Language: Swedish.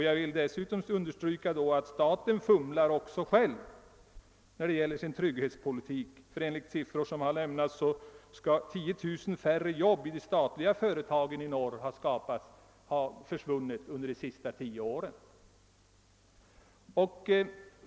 Jag vill understryka att även staten själv fumlar när det gäller trygghetspolitiken, ty enligt siffror som har lämnats skall 10 000 arbetstillfällen i de statliga företagen "ha försvunnit under de senaste tio åren.